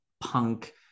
punk